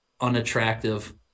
unattractive